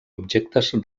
objectes